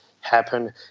happen